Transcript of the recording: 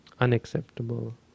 unacceptable